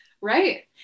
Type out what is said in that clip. Right